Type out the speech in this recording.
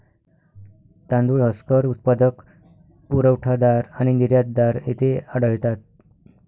तांदूळ हस्कर उत्पादक, पुरवठादार आणि निर्यातदार येथे आढळतात